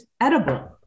edible